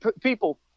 people